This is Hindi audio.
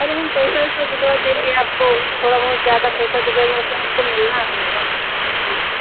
अरे हम पैसा वैसा दिलवा देंगे आपको थोड़ा बहुत ज्यादा पैसा दिलवा दे बाकी हमको मिलना है मेडम उनसे